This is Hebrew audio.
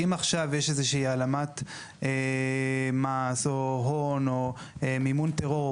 אם עכשיו יש איזה שהיא העלמת מס או הון או מימון טרור,